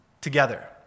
together